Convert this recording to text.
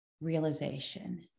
realization